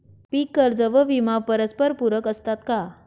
पीक कर्ज व विमा परस्परपूरक असतात का?